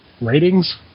Ratings